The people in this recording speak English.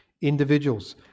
individuals